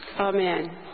Amen